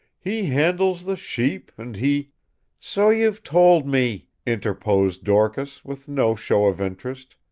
he handles the sheep, and he so you've told me, interposed dorcas with no show of interest.